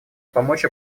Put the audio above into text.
помочь